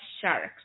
sharks